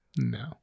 No